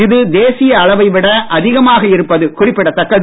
இது தேசிய அளவைவிட அதிகமாக இருப்பது குறிப்பிடத்தக்கது